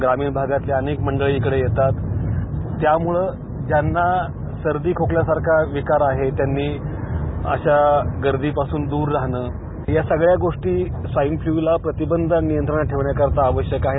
ग्रामीण भागामधील अनेक मंडळी इकडे येतात त्यामुळं ज्यांना सर्दी खोकल्यासारखा विकार आहे त्यांनी अशा गर्दीपासून दूर राहणं या सगळ्या गोष्टी स्वाईन फ्लूला प्रतिबंध आणि नियंत्रणात ठेवण्याकरिता आवश्यक आहेत